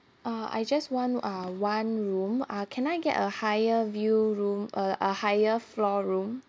uh I just want uh one room uh can I get a higher view room a a higher floor room